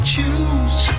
Choose